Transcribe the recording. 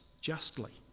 justly